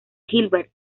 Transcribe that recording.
gilbert